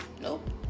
Nope